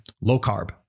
low-carb